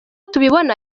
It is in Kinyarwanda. tubibona